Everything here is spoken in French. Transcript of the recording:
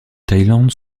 thaïlande